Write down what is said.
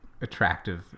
attractive